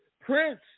Prince